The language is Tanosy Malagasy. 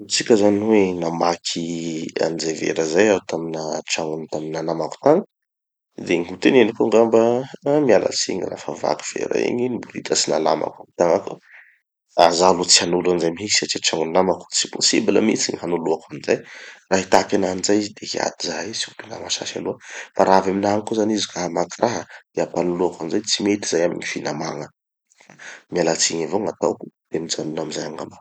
Ataotsika zany hoe namaky anizay vera zay aho tamina tragno tamina namako tagny. De gny ho teneniko angamba: ah mialatsiny ra fa vaky vera igny, nibolitatsy nalama koa gny tagnako. Fa zaho aloha tsy hanolo anizay mihitsy satria tragnon'ny namako, tsy ho possible mihitsy gny hanoloako anizay. Raha hitaky anaha anizay izy de hiady zahay, tsy ho mpinama sasy aloha. Raha avy aminaha ao koa zany izy ka namaky raha de hampanoloko anizay? Tsy mety zay amy gny finamagna. Mialatsigny avao gn'ataoko de mijanona amizay angamba.